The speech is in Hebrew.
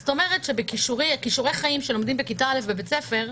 זאת אומרת שבכישורי חיים שלומדים בכיתה א' בבית ספר,